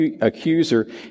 accuser